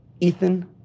Ethan